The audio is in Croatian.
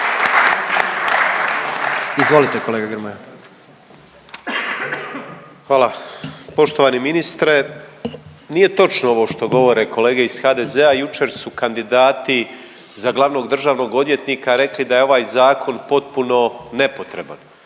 Nikola (MOST)** Hvala. Poštovani ministre nije točno ovo što govore kolege iz HDZ-a. Jučer su kandidati za glavnog državnog odvjetnika rekli da je ovaj zakon potpuno nepotreban.